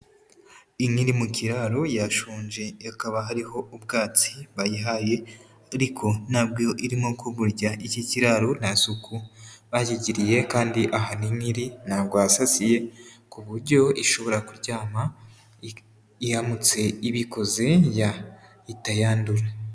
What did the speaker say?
Inka iri mu kiraro yashonje hakaba hariho ubwatsi bayihaye, ariko ntabwo irimo kuburya. Iki kiraro nta suku bakigiriye, kandi ahantu inka iri ntabwo hasasiye ku buryo ishobora kuryama, iramutse ibikoze yahita yandura.